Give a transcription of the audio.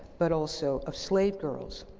but also of slave girls,